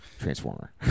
Transformer